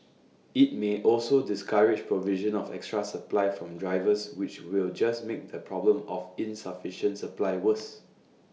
IT may also discourage provision of extra supply from drivers which will just make the problem of insufficient supply worse